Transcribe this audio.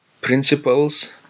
principles